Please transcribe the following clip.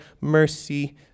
mercy